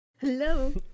Hello